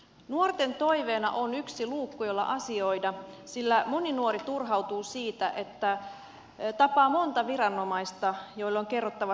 nuorten toiveena on yksi luukku jolla asioida sillä moni nuori turhautuu siitä että tapaa monta viranomaista joille on kerrottava samat tarinat